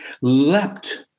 leapt